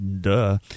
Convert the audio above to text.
duh